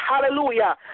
Hallelujah